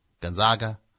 Gonzaga